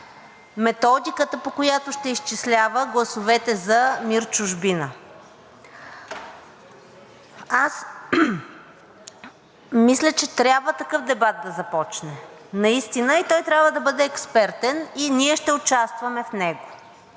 методиката, по която ще изчислява гласовете за МИР „Чужбина“. Аз мисля, че трябва такъв дебат да започне наистина и той трябва да бъде експертен, и ние ще участваме в него.